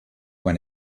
when